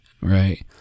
right